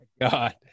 God